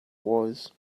was